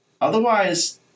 Otherwise